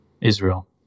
Israel